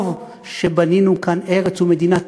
טוב שבנינו כאן ארץ ומדינה.